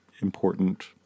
important